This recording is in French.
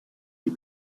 des